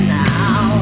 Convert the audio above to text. now